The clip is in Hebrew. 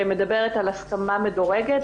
שמדברת על הסכמה מדורגת.